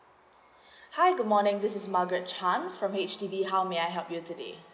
hi good morning this is margaret chant from H_D_B how may I help you today